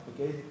Okay